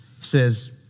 says